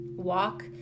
walk